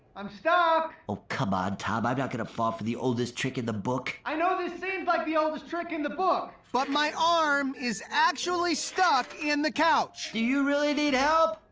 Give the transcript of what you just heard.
i'm stuck! oh, come on, tom. i'm not gonna fall for the oldest trick in the book. i know this seems like the oldest trick in the book, but my arm is actually stuck in the couch! do you really need help?